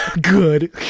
good